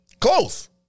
Close